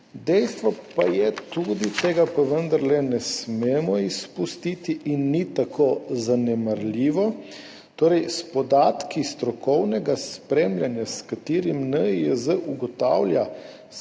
Dejstvo pa je, tudi tega pa vendarle ne smemo izpustiti in ni tako zanemarljivo, da podatki strokovnega spremljanja, s katerim NIJZ ugotavlja skladnost